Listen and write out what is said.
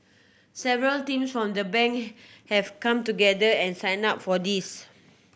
several teams from the Bank have come together and signed up for this